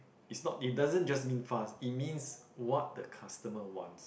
is not it doesn't just mean fast it means what the customer wants